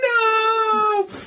no